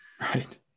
Right